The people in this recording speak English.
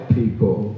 people